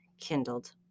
kindled